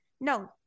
No